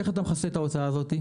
איך אתה מכסה את ההוצאה הזו?